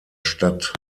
stadt